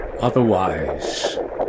otherwise